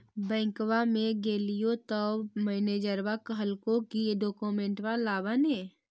बैंकवा मे गेलिओ तौ मैनेजरवा कहलको कि डोकमेनटवा लाव ने?